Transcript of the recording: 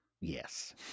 Yes